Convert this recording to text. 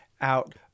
out